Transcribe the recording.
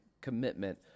commitment